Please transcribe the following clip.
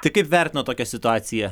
tai kaip vertinat tokią situaciją